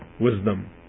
wisdom